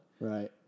right